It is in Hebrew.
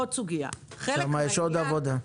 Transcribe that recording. שם יש עוד עבודה.